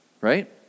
right